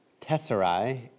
tesserae